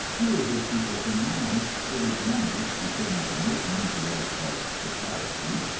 you will hear people deny it is money which determines admission into what is called society,